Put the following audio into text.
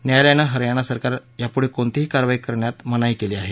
न्यायालयानं हरयाणा सरकारला यापुढे कोणतीही कारवाई करण्यात मनाई केली आहे